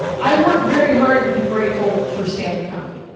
i work very hard to be grateful for standup comedy.